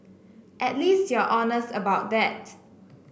at least you're honest about that